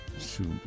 shoot